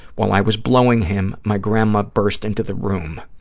while i was blowing him, my grandma burst into the room.